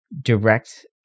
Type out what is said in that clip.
direct